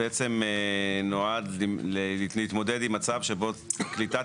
בעצם נועד להתמודד עם מצב שבו קליטת